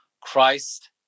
Christ